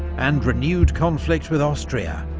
and renewed conflict with austria,